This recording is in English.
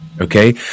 okay